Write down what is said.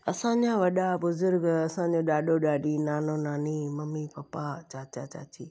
असांजा वॾा बुज़ुर्ग असांजो ॾाॾो ॾाॾी नानो नानी मम्मी पपा चाचा चाची